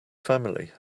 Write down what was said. family